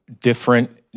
different –